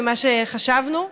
ממה שחשבנו.